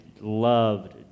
loved